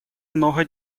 много